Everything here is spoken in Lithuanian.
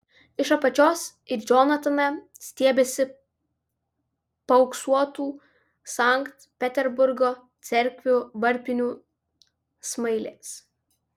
iš apačios į džonataną stiebiasi paauksuotų sankt peterburgo cerkvių varpinių smailės